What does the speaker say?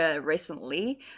recently